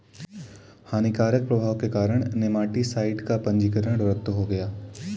हानिकारक प्रभाव के कारण नेमाटीसाइड का पंजीकरण रद्द हो गया